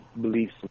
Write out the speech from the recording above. beliefs